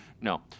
No